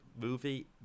movie